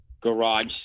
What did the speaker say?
garage